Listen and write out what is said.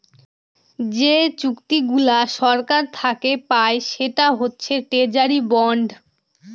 যে চুক্তিগুলা সরকার থাকে পায় সেটা হচ্ছে ট্রেজারি বন্ড